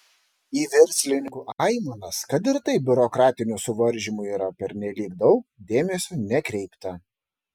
į verslininkų aimanas kad ir taip biurokratinių suvaržymų yra pernelyg daug dėmesio nekreipta